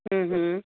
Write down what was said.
ਹਮ ਹਮ